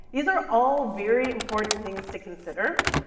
these are all very important things to consider.